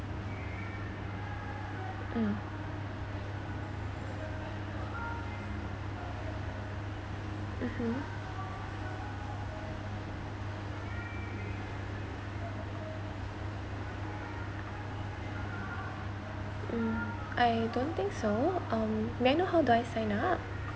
mm mmhmm mm I don't think so um may I know how do I sign up